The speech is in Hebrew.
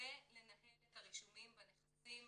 רוצה לנהל את הרישומים בנכסים